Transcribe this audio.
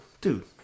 dude